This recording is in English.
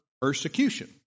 persecution